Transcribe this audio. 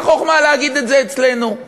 מה החוכמה להגיד את זה אצלנו?